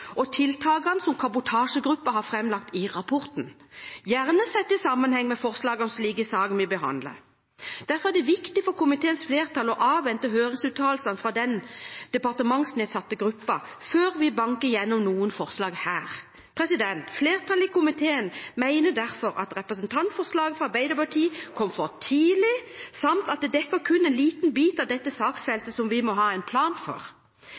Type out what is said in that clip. og tiltakene som kabotasjegruppen har framlagt i rapporten, gjerne sett i sammenheng med forslagene som ligger i saken vi behandler. Derfor er det viktig for komiteens flertall å avvente høringsuttalelsene fra den departementsnedsatte gruppen før vi banker igjennom noen forslag her. Flertallet i komiteen mener derfor at representantforslaget fra Arbeiderpartiet kom for tidlig, samt at det kun dekker en liten bit av dette saksfeltet som vi må ha en plan for.